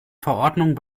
verordnung